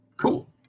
Cool